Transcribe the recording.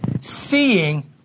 seeing